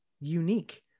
unique